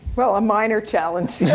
well, a minor challenge.